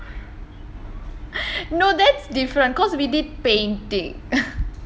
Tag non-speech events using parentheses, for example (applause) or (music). (breath) no that's different because we did painting (noise)